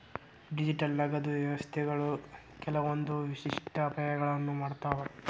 digital ನಗದು ವ್ಯವಸ್ಥೆಗಳು ಕೆಲ್ವಂದ್ ವಿಶಿಷ್ಟ ಅಪಾಯಗಳನ್ನ ಮಾಡ್ತಾವ